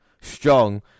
Strong